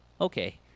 okay